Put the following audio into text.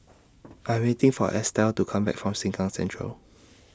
I'm waiting For Estela to Come Back from Sengkang Central